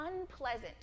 Unpleasant